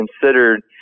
considered